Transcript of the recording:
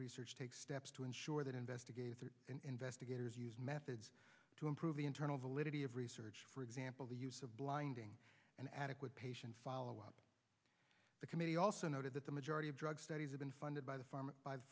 research take steps to ensure that investigative investigators use methods to improve the internal validity of research for example the use of blinding and adequate patient follow up the committee also noted that the majority of drug studies have been funded by the farm by the